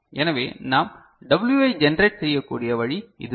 எனவே நாம் W ஐ ஜெனரேட் செய்யக்கூடிய வழி இதுதான்